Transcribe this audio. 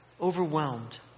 overwhelmed